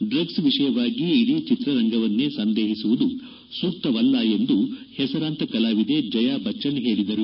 ಡ್ರಗ್ಲ್ ವಿಷಯವಾಗಿ ಇಡೀ ಚಿತ್ರರಂಗವನ್ನೇ ಸಂದೇಹಿಸುವುದು ಸೂಕ್ತವಲ್ಲ ಎಂದು ಹೆಸರಾಂತ ಕಲಾವಿದೆ ಜಯಾಬಚ್ಚನ್ ಹೇಳಿದರು